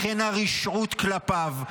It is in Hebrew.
לכן הרשעות כלפיו,